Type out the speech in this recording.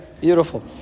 beautiful